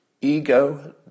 Ego